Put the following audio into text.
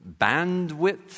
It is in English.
bandwidth